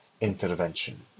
intervention